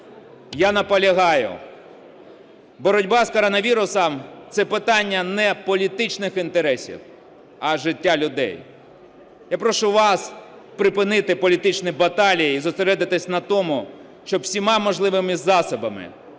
Я наполягаю: боротьба з коронавірусом – це питання не політичних інтересів, а життя людей. Я прошу вас припинити політичні баталії і зосередитись на тому, щоб всіма можливими засобами